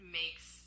makes